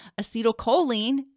Acetylcholine